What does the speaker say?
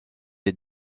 est